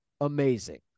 amazing